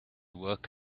work